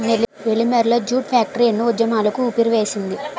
Nellimarla jute factory ఎన్నో ఉద్యమాలకు ఊపిరివేసింది